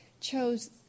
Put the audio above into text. chose